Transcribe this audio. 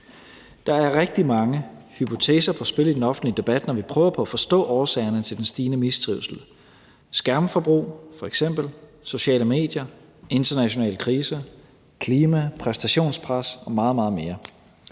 Der er rigtig mange hypoteser på spil i den offentlige debat, når vi prøver på at forstå årsagerne til den stigende mistrivsel: f.eks. skærmforbrug, sociale medier, internationale kriser, klima, præstationspres og meget, meget